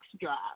drive